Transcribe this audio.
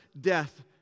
death